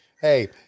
Hey